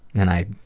and i